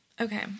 Okay